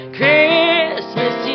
Christmas